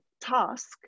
task